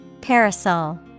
Parasol